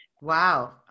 Wow